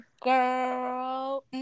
girl